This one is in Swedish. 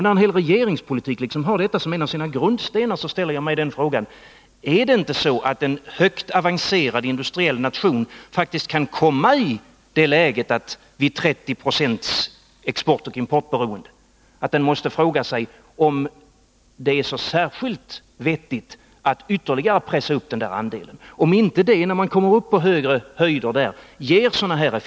När en hel regeringspolitik liksom har detta som en av sina grundstenar, så ställer jag mig frågan: Är det inte så att en högt avancerad industriell nation faktiskt kan komma i det läget att den vid 30 96 exportoch importberoende måste fråga sig om det är så särskilt vettigt att ytterligare öka sin andel av den här marknaden och om inte detta i så fall kan ge sådana effekter som jag påtalade?